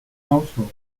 household